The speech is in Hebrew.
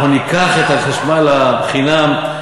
אנחנו ניקח את החשמל חינם,